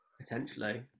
Potentially